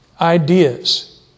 ideas